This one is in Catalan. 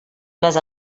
les